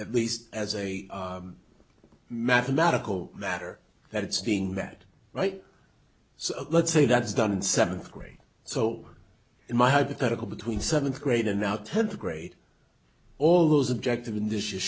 at least as a mathematical matter that it's being met right so let's say that's done in seventh grade so in my hypothetical between seventh grade and now tenth grade all those objective